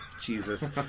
Jesus